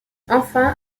enfin